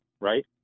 right